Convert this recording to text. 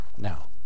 Now